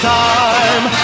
time